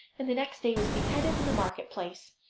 and the next day was beheaded in the market-place.